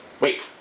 Wait